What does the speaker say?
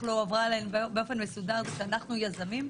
לא הועברה אלינו באופן מסודר זה שאנחנו יזמים.